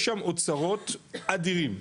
יש שם אוצרות אדירים,